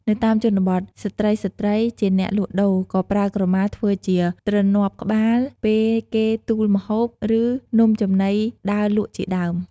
នៅតាមជនបទ ស្ត្រីៗជាអ្នកលក់ដូរក៏ប្រើក្រមាធ្វើជាទ្រណាប់ក្បាល ពេលគេទូលម្ហូប ឬ នំចំណីដើរលក់ជាដើម។